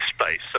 space